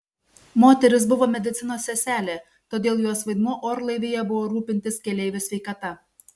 moteris buvo medicinos seselė todėl jos vaidmuo orlaivyje buvo rūpintis keleivių sveikata